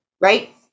right